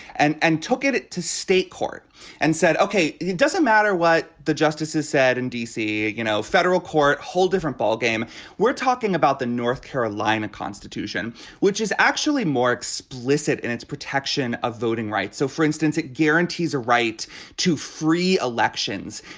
and and took it it to state court and said ok it doesn't matter what the justices said in d c. you know federal court a whole different ball. we're talking about the north carolina constitution which is actually more explicit in its protection of voting rights. so for instance it guarantees a right to free elections.